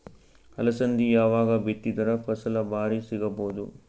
ಅಲಸಂದಿ ಯಾವಾಗ ಬಿತ್ತಿದರ ಫಸಲ ಭಾರಿ ಸಿಗಭೂದು?